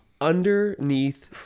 underneath